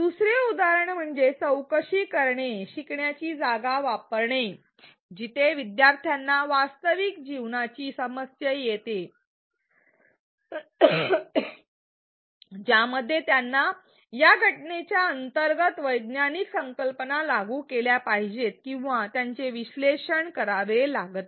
दुसरे उदाहरण म्हणजे चौकशी शिकण्याची जागा वापरणे जिथे शिकणाऱ्यांना वास्तविक जीवनाची समस्या दिली जाते ज्यामध्ये त्यांना या घटनेच्या अंतर्गत वैज्ञानिक संकल्पना लागू केल्या पाहिजेत किंवा त्यांचे विश्लेषण करावे लागते